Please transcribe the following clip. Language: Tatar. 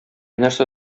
нәрсә